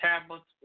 tablets